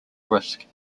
risk